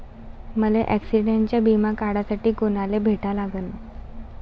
मले ॲक्सिडंटचा बिमा काढासाठी कुनाले भेटा लागन?